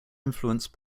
influenced